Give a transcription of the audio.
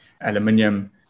aluminium